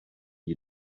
you